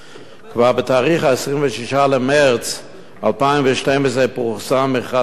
כבר ב-26 במרס 2012 פורסם מכרז חדש,